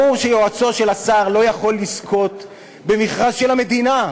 ברור שיועצו של השר לא יכול לזכות במכרז של המדינה.